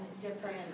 different